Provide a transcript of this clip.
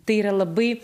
tai yra labai